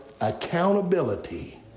accountability